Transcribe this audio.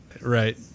Right